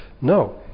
No